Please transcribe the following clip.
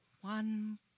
one